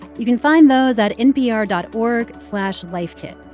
you can find those at npr dot org slash lifekit.